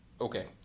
Okay